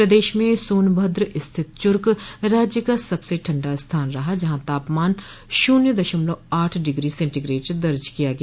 प्रदेश में सोनभद्र स्थित चूर्क राज्य का सबसे ठंडा स्थान रहा जहां तापमान शून्य दशमलव आठ डिग्री सेंटीग्रेड दर्ज किया गया